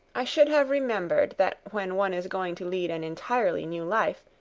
i should have remembered that when one is going to lead an entirely new life,